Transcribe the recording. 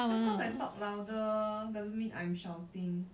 just cause I talk louder doesn't mean I'm shouting